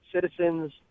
citizens